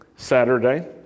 Saturday